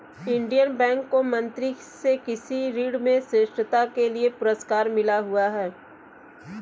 Indian bank को मंत्री से कृषि ऋण में श्रेष्ठता के लिए पुरस्कार मिला हुआ हैं